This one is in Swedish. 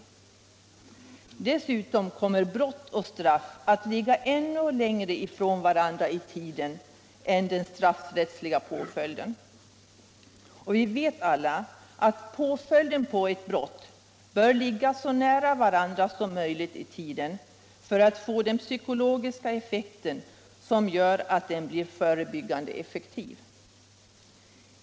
Dessutom skulle brott och straff komma att ligga ändå längre ifrån varandra i tiden än den straffrättsliga påföljden. Vi vet alla att ett brott och påföljden på det bör ligga så nära varandra som möjligt i tiden för att få den psykologiska effekt som gör att den blir förebyggande och effektiv.